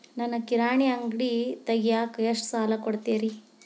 ನನಗ ಕಿರಾಣಿ ಅಂಗಡಿ ತಗಿಯಾಕ್ ಎಷ್ಟ ಸಾಲ ಕೊಡ್ತೇರಿ?